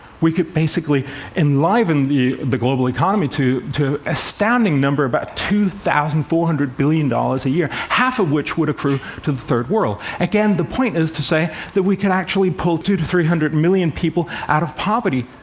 we could basically enliven the the global economy to an astounding number of about two thousand four hundred billion dollars a year, half of which would accrue to the third world. again, the point is to say that we could actually pull two to three hundred million people out of poverty,